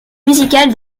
musical